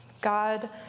God